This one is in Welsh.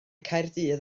caerdydd